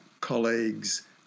colleagues